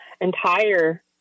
entire